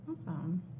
Awesome